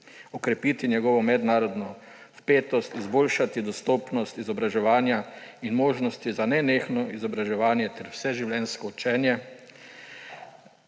okrepiti njegovo mednarodno vpetost; izboljšati dostopnost izobraževanja in možnosti za nenehno izobraževanje ter vseživljenjsko učenje